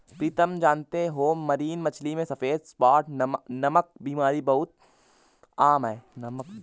प्रीतम जानते हो मरीन मछली में सफेद स्पॉट नामक बीमारी बहुत आम है